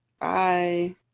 Bye